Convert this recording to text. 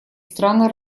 страны